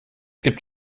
gibt